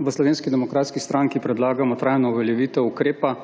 v Slovenski demokratski stranki predlagamo trajno uveljavitev ukrepa,